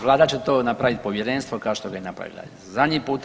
Vlada će to napraviti povjerenstvo kao što ga je i napravila zadnji puta.